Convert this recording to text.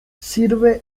sirve